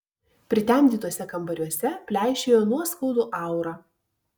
pritemdytuose kambariuose pleišėjo nuoskaudų aura